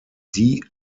die